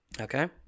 Okay